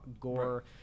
gore